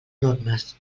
normes